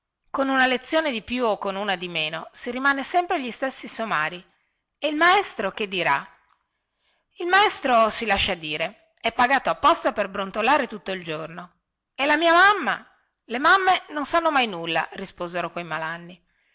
con una lezione di più o con una di meno si rimane sempre gli stessi somari e il maestro che dirà il maestro si lascia dire è pagato apposta per brontolare tutto il giorno e la mia mamma le mamme non sanno mai nulla risposero quei malanni